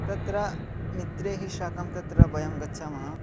तत्र मित्रैः साकं तत्र वयं गच्छामः